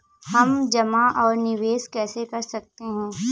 हम जमा और निवेश कैसे कर सकते हैं?